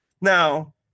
Now